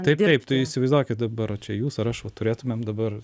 taip taip tai įsivaizduokit dabar čia jūs ar aš va turėtumėm dabar